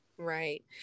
Right